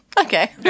okay